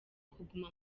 kuguma